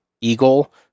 Eagle